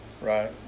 Right